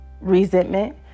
resentment